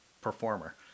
performer